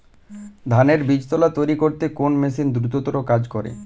ধানের বীজতলা তৈরি করতে কোন মেশিন দ্রুততর কাজ করে?